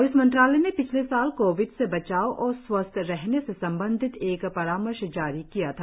आय्ष मंत्रालय ने पिछले साल कोविड से बचाव और स्वस्थ रहने से संबंधित एक परामर्श जारी किया था